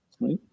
right